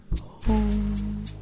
home